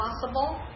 possible